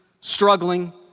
struggling